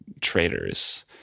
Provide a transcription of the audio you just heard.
traders